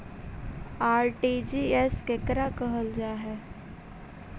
RTGS केकरा कहल जा है?